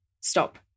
stop